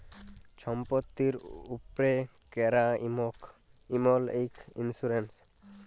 ছম্পত্তির উপ্রে ক্যরা ইমল ইক ইল্সুরেল্স